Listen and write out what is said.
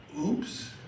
Oops